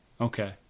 okay